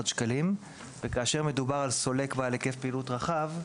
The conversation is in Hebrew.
שקלים וכאשר מדובר על סולק - אם הוא סולק בעל היקף פעילות רחב.